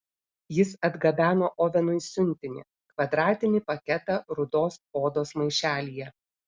jis atgabeno ovenui siuntinį kvadratinį paketą rudos odos maišelyje